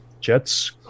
jets